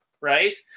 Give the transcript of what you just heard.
right